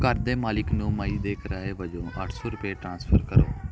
ਘਰ ਦੇ ਮਾਲਕ ਨੂੰ ਮਈ ਦੇ ਕਿਰਾਏ ਵਜੋਂ ਅੱਠ ਸੌ ਰੁਪਏ ਟ੍ਰਾਂਸਫਰ ਕਰੋ